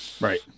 Right